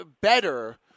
better